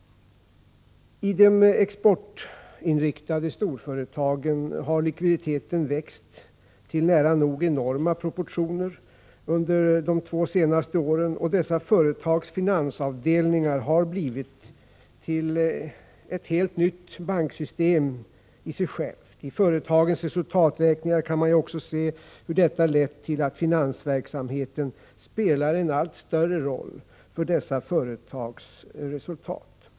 I de exportinriktade storföretagen har likviditeten växt till nära nog enorma proportioner under de två senaste åren, och dessa företags finansavdelningar har blivit till ett helt nytt banksystem i sig självt. I företagens resultaträkningar kan man också se hur detta lett till att finansverksamheten spelar en allt större roll för dessa företags resultat.